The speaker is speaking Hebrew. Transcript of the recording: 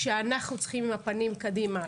להיות עם הפנים קדימה,